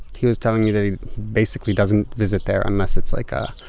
he was telling me that he basically doesn't visit there unless it's like a